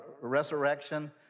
resurrection